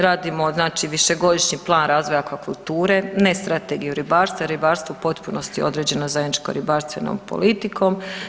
Radimo znači višegodišnji plan razvoja akvakulture, ne strategiju ribarstva jer je ribarstvo je u potpunosti određeno zajedničkom ribarstvenom politikom.